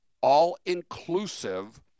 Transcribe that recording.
all-inclusive